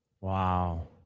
Wow